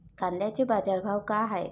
कांद्याचे बाजार भाव का हाये?